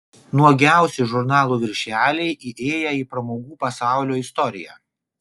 nuogiausi žurnalų viršeliai įėję į pramogų pasaulio istoriją